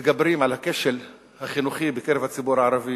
מתגברים על הכשל החינוכי בקרב הציבור הערבי,